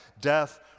death